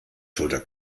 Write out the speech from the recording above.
schulter